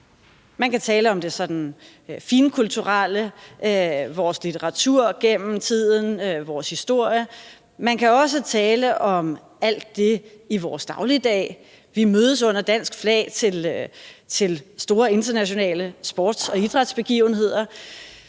Man kan tale om det sådan finkulturelle: vores litteratur gennem tiden, vores historie. Man kan også tale om alt det i vores dagligdag. Vi mødes under dansk flag til store internationale sports- og idrætsbegivenheder.